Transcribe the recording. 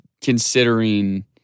considering